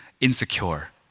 insecure